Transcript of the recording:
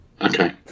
Okay